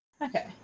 Okay